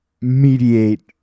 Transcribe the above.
mediate